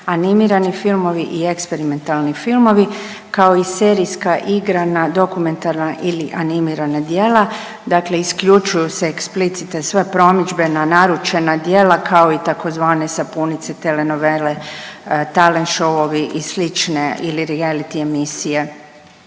animirani filmovi i eksperimentalni filmovi kao i serijska igrana dokumentarna ili animirana djela. Dakle, isključuju se eksplicite sve promidžbe na naručena djela kao i tzv. sapunice, tele novele, talent šovovi i slične ili reality emisije.